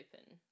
open